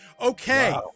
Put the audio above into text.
Okay